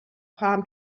palm